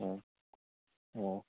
ꯑꯣ ꯑꯣ